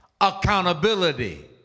accountability